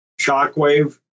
shockwave